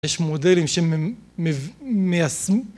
יש מודלים שמיישמים